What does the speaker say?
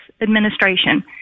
administration